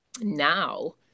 now